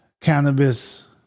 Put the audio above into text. cannabis